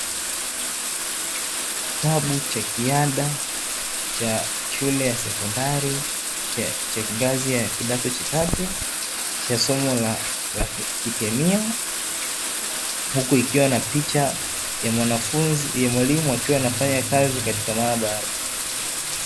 Kitabu cha kiada cha shule ya sekondari cha ngazi ya kidato cha tatu cha somo la kikemia, huku kikiwa na picha ya mwalimu akiwa anafanya kazi katika maabara.